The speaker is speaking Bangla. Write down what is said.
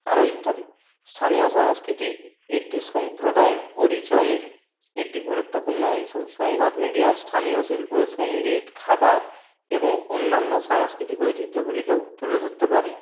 আরও ইত্যাদি স্থানীয় সংস্কৃতি একটি সম্প্রদায়ের পরিচয়ের একটি গুরুত্বপূর্ণ অংশ সংবাদ মিডিয়া স্থানীয় শিল্প সঙ্গীত খাবার এবং অন্যান্য সাংস্কৃতিক ঐতিহ্যগুলিকেও তুলে ধরতে পারে